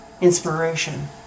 inspiration